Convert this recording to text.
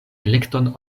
elekton